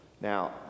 Now